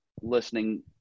listening